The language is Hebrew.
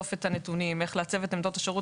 לאסוף את הנתונים ולעצב את עמדות השירות